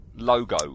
Logo